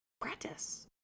practice